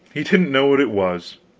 he didn't know what it was.